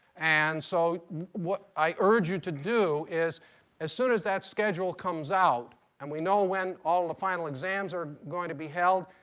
and so what i urge you to do is as soon as that schedule comes out and we know when all the final exams are going to be held,